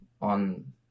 on